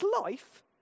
life